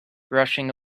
rushing